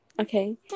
Okay